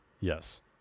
Yes